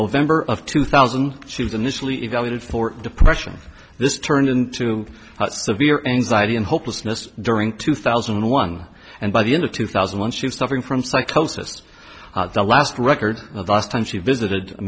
november of two thousand she was initially evaluated for depression this turned into severe anxiety and hopelessness during two thousand and one and by the end of two thousand when she was suffering from psychosis the last record of the last time she visited